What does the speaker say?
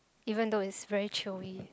even though it's very chewy